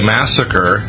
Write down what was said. Massacre